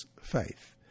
faith